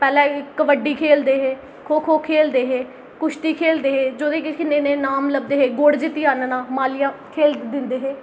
पैह्लै कबड्डी खेलदे हे खो खो खेलदे हे कुश्ती खेलदे हे जोडे किश किश नाम लभदे हे गोल्ड जित्ती आह्नना मालिया खेल दिंदे हे